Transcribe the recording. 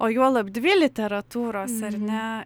o juolab dvi literatūros ar ne